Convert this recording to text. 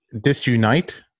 Disunite